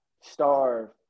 starve